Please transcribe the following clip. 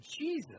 Jesus